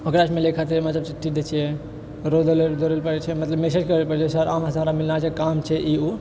ओकरा से मिलै खातिर हमरा सब चिठ्ठी दै छियै रोज दौड़ै दौड़ै लै पाड़ै छै मतलब मैसेज करऽ पड़ै छै सर अहाँ से हमरा मिलना छै काम छै ई ओ